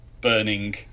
burning